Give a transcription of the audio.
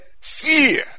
fear